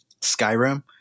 Skyrim